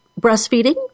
breastfeeding